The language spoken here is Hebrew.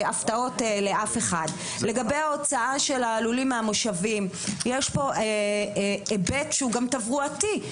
לגבי הוצאת הלולים מהמושבים, יש גם היבט תברואתי.